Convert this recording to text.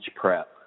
prep